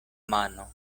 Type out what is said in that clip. mano